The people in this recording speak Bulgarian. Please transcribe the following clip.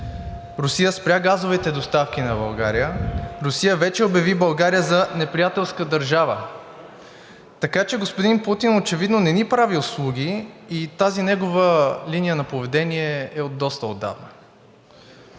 Русия спря газовите доставки на България, Русия вече обяви България за неприятелска държава, така че господин Путин очевидно не ни прави услуги и тази негова линия на поведение е от доста отдавна.